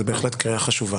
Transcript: זו בהחלט קריאה חשובה